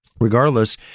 regardless